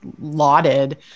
lauded